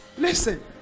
listen